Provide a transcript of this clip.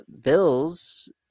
bills